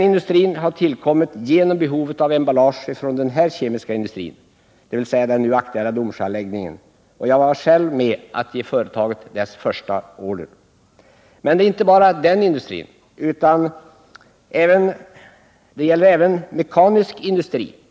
Industrin har tillkommit som en följd av behovet av emballage vid ortens kemiska industri, dvs. den nu aktuella Domsjöanläggningen. Jag var själv med om att ge företaget dess första order. Det är inte bara den här emballage-industrin som är en följd av den kemiska industrins framväxt.